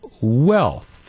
wealth